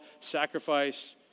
sacrifice